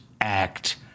act